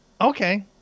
Okay